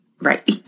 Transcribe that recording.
Right